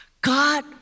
God